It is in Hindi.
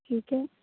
ठीक है